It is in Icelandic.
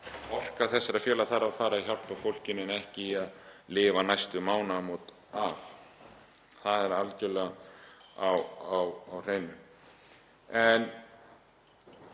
Orka þessara félaga þarf að fara í að hjálpa fólkinu en ekki að lifa næstu mánaðamót af. Það er algjörlega á hreinu. En